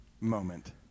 moment